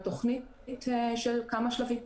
על תכנית של כמה שלבים,